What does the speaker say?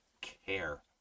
care